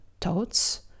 thoughts